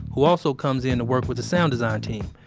who also comes in to work with the sound design team.